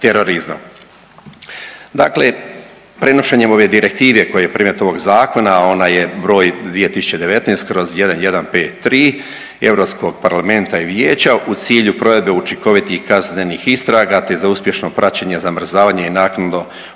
Dakle, prenošenjem ove direktive koja je predmet ovog zakona, ona je broj 2019/1153 EU Parlamenta i Vijeća u cilju provedbe učinkovitih kaznenih istraga te za uspješno praćenje, zamrzavanju i naknadno oduzimanje